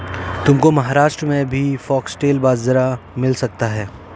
तुमको महाराष्ट्र में भी फॉक्सटेल बाजरा मिल सकता है